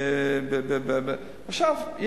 עכשיו,